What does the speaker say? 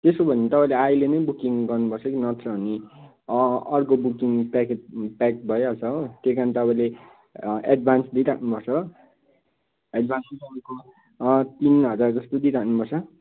त्यसो भने तपाईँले अहिले नै बुकिङ गर्नुपर्छ कि नत्र भने अर्को बुकिङ प्याकेज प्याक भइहाल्छ हो त्यही कारण तपाईँले एडभान्स दिइराख्नु पर्छ हो एडभान्स चाहिँ तपाईँको तिन हजार जस्तो दिइराख्नु पर्छ